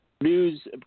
News